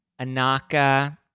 Anaka